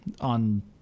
on